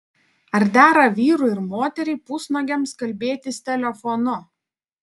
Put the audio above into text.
ar dera vyrui ir moteriai pusnuogiams kalbėtis telefonu